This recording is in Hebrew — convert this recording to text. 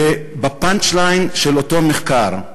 ב-punch line של אותו מחקר,